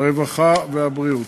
הרווחה והבריאות.